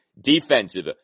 defensive